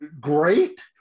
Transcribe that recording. great